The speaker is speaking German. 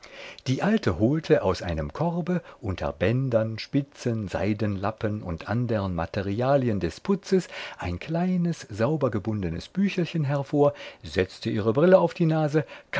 die alte holte aus einem korbe unter bändern spitzen seidenlappen und andern materialien des putzes ein kleines saubergebundenes büchelchen hervor setzte ihre brille auf die nase